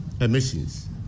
emissions